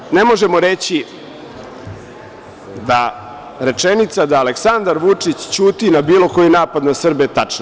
Znate, ne možemo reći da je rečenica da Aleksandar Vučić ćuti na bilo koji napad na Srbe tačna.